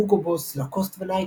הוגו בוס, לקוסט ונייקי.